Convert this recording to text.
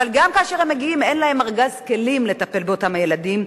אבל גם כאשר הם מגיעים אין להם ארגז כלים לטפל באותם ילדים,